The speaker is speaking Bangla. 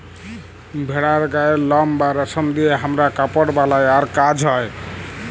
ভেড়ার গায়ের লম বা রেশম দিয়ে হামরা কাপড় বালাই আর কাজ হ্য়